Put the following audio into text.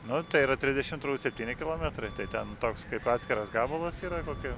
nu tai yra trisdešimt septyni kilometrai tai ten toks kaip atskiras gabalas yra kokių